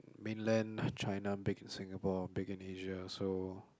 mainland of China big in Singapore big in Asia so